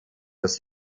das